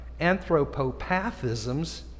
anthropopathisms